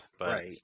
Right